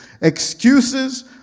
Excuses